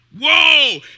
Whoa